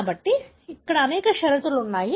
కాబట్టి అనేక షరతులు ఉన్నాయి